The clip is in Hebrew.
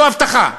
זו הבטחה.